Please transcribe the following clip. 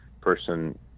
Person